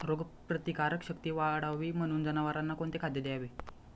रोगप्रतिकारक शक्ती वाढावी म्हणून जनावरांना कोणते खाद्य द्यावे?